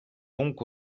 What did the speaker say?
donc